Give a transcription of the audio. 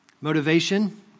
motivation